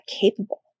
capable